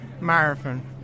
marathon